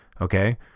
Okay